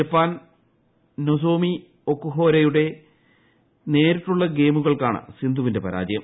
ജപ്പാന്റെ നൊസോമി ഒക്കുഹാരയോട് നേരിട്ടുള്ള ഗെയിമുകൾക്കാണ് സിന്ധുവിന്റെ പരാജയം